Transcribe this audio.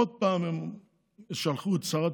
עוד פעם הם שלחו את שרת